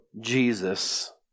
Jesus